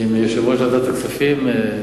עם יושב-ראש ועדת הכספים.